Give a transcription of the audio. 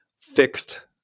fixed